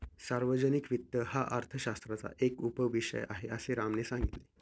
सार्वजनिक वित्त हा अर्थशास्त्राचा एक उपविषय आहे, असे रामने सांगितले